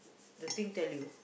the thing tell you